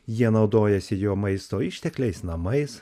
jie naudojasi jo maisto ištekliais namais